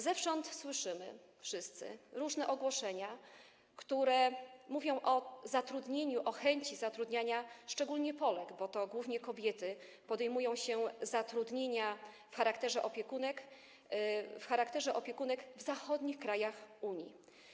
Zewsząd słyszymy wszyscy różne ogłoszenia, które mówią o zatrudnieniu, o chęci zatrudniania szczególnie Polek, bo to głównie kobiety podejmują zatrudnienie w charakterze opiekunek w zachodnich krajach Unii.